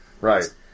Right